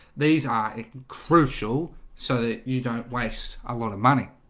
these are crucial so that you don't waste a lot of money